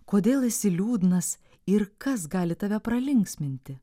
kodėl esi liūdnas ir kas gali tave pralinksminti